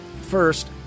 first